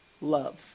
love